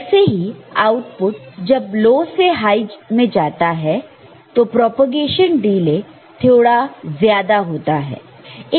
वैसे ही आउटपुट जब लो से हाई में जाता है तो प्रोपेगेशन डिले थोड़ा ज्यादा है